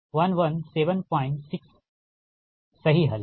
तो यह λ 1176 सही हल है